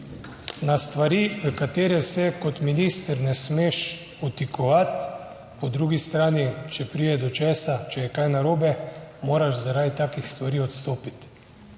na stvarí, v katere se kot minister ne smeš vtikovati, po drugi strani, če pride do česa, če je kaj narobe, moraš zaradi takih stvari odstopiti.